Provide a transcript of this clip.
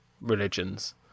religions